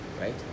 right